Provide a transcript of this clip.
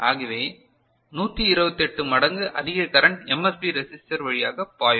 ஆகவே 128 மடங்கு அதிக கரண்ட் MSB ரெசிஸ்டர் வழியாக பாயும்